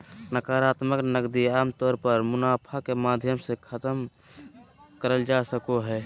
नाकरात्मक नकदी आमतौर पर मुनाफा के माध्यम से खतम करल जा सको हय